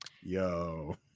Yo